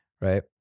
Right